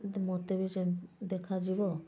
ମୋତେ ବି ଦେଖାଯିବ